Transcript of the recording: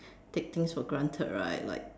take things for granted right like